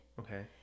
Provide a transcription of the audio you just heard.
okay